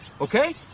Okay